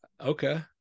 okay